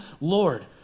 Lord